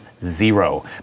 zero